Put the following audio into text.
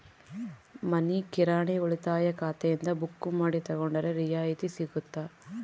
ಮನಿ ಕಿರಾಣಿ ಉಳಿತಾಯ ಖಾತೆಯಿಂದ ಬುಕ್ಕು ಮಾಡಿ ತಗೊಂಡರೆ ರಿಯಾಯಿತಿ ಸಿಗುತ್ತಾ?